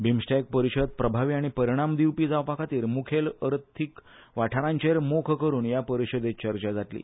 बिमस्टॅक परिषद प्रभावी आनी परिणाम दिवपी जावपाखातीर मुखेल अर्थिक वाठारांचेर मोख करून ह्या परिषदेत चर्चा जातली